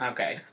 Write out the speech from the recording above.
Okay